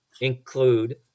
include